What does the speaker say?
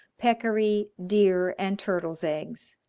peccari, deer, and turtles' eggs.